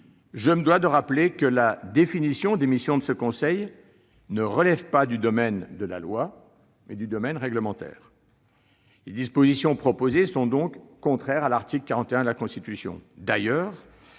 je me dois de rappeler que la définition des missions de ce conseil relève non pas du domaine de la loi, mais du domaine réglementaire. Les dispositions proposées sont donc contraires à l'article 41 de la Constitution.